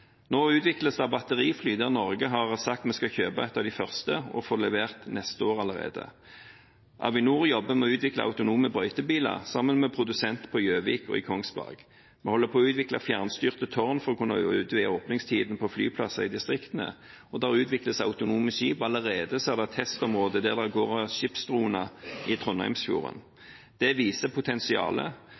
Nå utvikles det batterifly, og Norge har sagt vi skal kjøpe et av de første, og får det levert allerede neste år. Avinor jobber med å utvikle autonome brøytebiler sammen med en produsent på Gjøvik og i Kongsberg. Vi holder på å utvikle fjernstyrte tårn for å kunne utvide åpningstiden på flyplasser i distriktene, og det utvikles autonome skip. Det har allerede vært et testområde der det går skipsdroner i Trondheimsfjorden. Det viser potensialet,